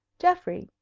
geoffrey,